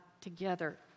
together